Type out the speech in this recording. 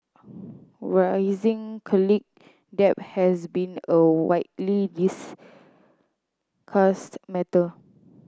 rising college debt has been a widely discussed matter